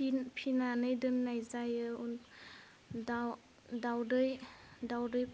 फिन फिनानै दोननाय जायो दाउ दावदै दावदै